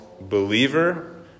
believer